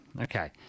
Okay